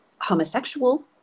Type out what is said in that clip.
homosexual